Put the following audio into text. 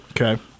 Okay